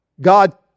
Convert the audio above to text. God